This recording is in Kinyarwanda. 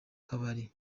kabari